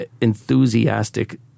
enthusiastic